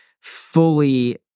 fully